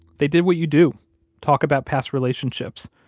they did what you do talk about past relationships.